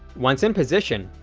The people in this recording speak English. once in position,